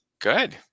Good